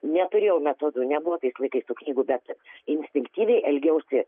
neturėjau metodų nebuvo tais laikais tų knygų bet instinktyviai elgiausi